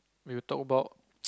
we will talk about